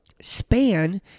span